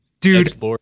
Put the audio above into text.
dude